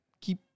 keep